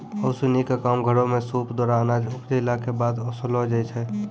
ओसौनी क काम घरो म सूप द्वारा अनाज उपजाइला कॅ बाद ओसैलो जाय छै?